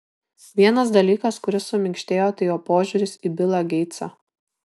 vienas dalykas kuris suminkštėjo tai jo požiūris į bilą geitsą